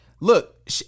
Look